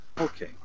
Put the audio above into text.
Okay